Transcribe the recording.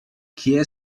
kje